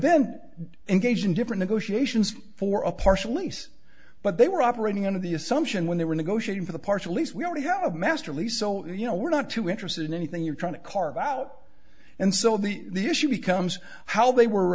then engaged in different goshi ations for a partial least but they were operating under the assumption when they were negotiating for the partial lease we already have a master lease so you know we're not too interested in anything you're trying to carve out and so the issue becomes how they were